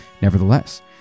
Nevertheless